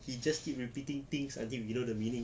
he just keep repeating things until we know the meaning